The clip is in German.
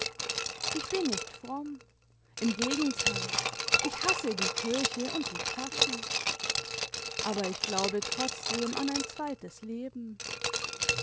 ich bin nicht fromm im gegenteil ich hasse die kirche und die pfaffen aber ich glaube trotzdem an ein zweites leben